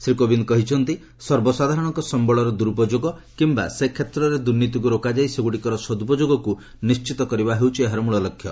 ଶ୍ରୀ କୋବିନ୍ଦ୍ କହିଛନ୍ତି ସର୍ବସାଧାରଣଙ୍କ ସମ୍ଭଳର ଦୁରୁପଯୋଗ କିମ୍ବା ସେ କ୍ଷେତ୍ରରେ ଦୁର୍ନୀତିକୁ ରୋକାଯାଇ ସେଗୁଡ଼ିକର ସଦୁପଯୋଗକୁ ନିର୍ଚ୍ଚିତ କରିବା ହେଉଛି ଏହାର ମୂଳଲକ୍ଷ୍ୟ